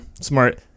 smart